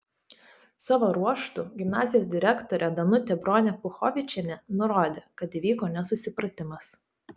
savo ruožtu gimnazijos direktorė danutė bronė puchovičienė nurodė kad įvyko nesusipratimas